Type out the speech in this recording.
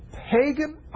pagan